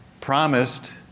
promised